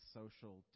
social